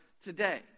today